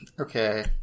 Okay